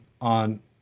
on